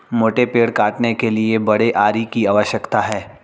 मोटे पेड़ काटने के लिए बड़े आरी की आवश्यकता है